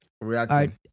reacting